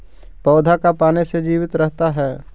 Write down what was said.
पौधा का पाने से जीवित रहता है?